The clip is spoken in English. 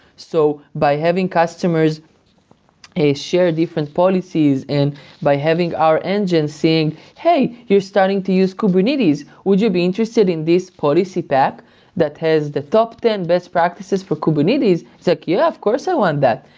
so by having customers share different policies and by having our engine saying, hey, you're starting to use kubernetes. would you be interested in this policy pack that has the top ten best practices for kubernetes? it's like, yeah! of course, i want that.